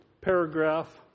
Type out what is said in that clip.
paragraph